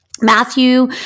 Matthew